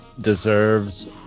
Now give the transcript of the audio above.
deserves